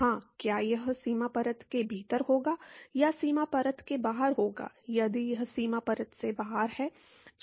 हाँ क्या यह सीमा परत के भीतर होगा या सीमा परत के बाहर होगा यदि यह सीमा परत के बाहर है